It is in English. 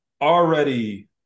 already